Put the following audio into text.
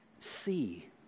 See